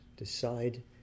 Decide